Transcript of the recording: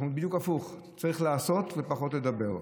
בדיוק הפוך: צריך לעשות ופחות לדבר.